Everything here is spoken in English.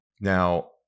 Now